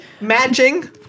Matching